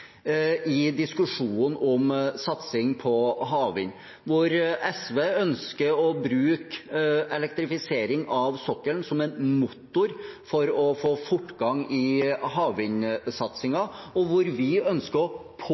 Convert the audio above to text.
i diskusjonen om satsing på havvind, hvor SV ønsker å bruke elektrifisering av sokkelen som en motor for å få fortgang i havvindsatsingen, og hvor vi ønsker å